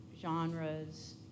genres